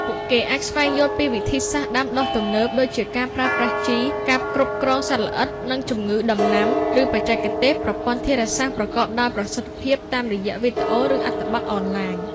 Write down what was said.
ពួកគេអាចស្វែងយល់ពីវិធីសាស្ត្រដាំដុះទំនើប ដូចជាការប្រើប្រាស់ជី ការគ្រប់គ្រងសត្វល្អិត និងជំងឺដំណាំ ឬបច្ចេកទេសប្រព័ន្ធធារាសាស្រ្តប្រកបដោយប្រសិទ្ធភាព តាមរយៈវីដេអូ ឬអត្ថបទអនឡាញ។